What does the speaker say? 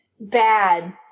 Bad